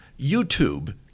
YouTube